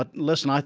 but listen.